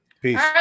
Peace